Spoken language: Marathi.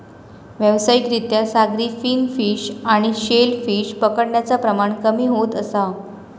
व्यावसायिक रित्या सागरी फिन फिश आणि शेल फिश पकडण्याचा प्रमाण कमी होत असा